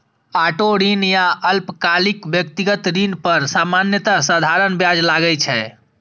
auto ऋण या अल्पकालिक व्यक्तिगत ऋण पर सामान्यतः साधारण ब्याज लागै छै